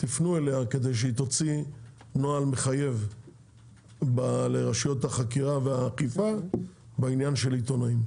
כדי שהיא תוציא נוהל מחייב לרשויות החקירה ואכיפה בעניין של עיתונאים.